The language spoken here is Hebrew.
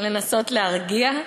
לנסות להרגיע?